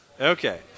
Okay